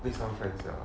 meet some friends sia